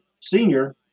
senior